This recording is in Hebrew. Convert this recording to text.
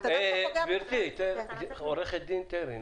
גברתי, עו"ד טירי,